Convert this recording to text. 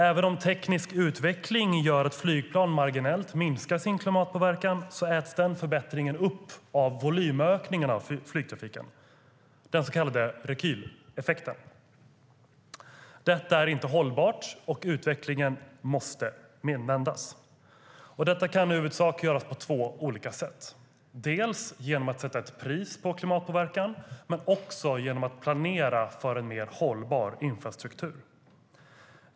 Även om teknisk utveckling gör att flygplan minskar sin klimatpåverkan marginellt äts förbättringen upp av volymökningarna av flygtrafiken - den så kallade rekyleffekten. Detta är inte hållbart, och utvecklingen måste vändas. Det kan i huvudsak göras på två olika sätt: dels genom att sätta ett pris på klimatpåverkan, dels genom att planera för en mer hållbar infrastruktur.